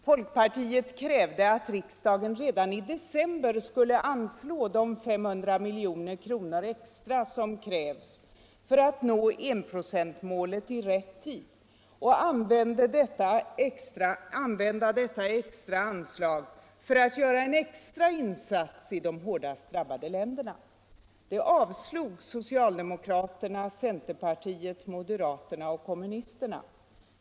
Folkpartiet krävde att riksdagen redan i december skulle anslå de 500 milj.kr. som krävs för att nå enprocentsmålet i rätt tid och använda detta anslag för att göra en extra insats i de hårdast drabbade u-länderna. Det avslog socialdemokraterna, centerpartiet, moderaterna och kommunisterna.